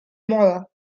moda